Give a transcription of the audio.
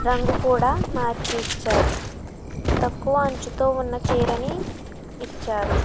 రంగు కూడా మార్చి ఇచ్చారు తక్కువ అంచుతో ఉన్న చీరని ఇచ్చారు